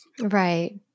Right